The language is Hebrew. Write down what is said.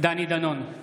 דני דנון,